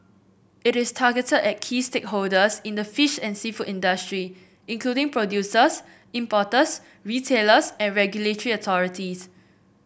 it is targeted at key stakeholders in the fish and seafood industry including producers importers retailers and regulatory authorities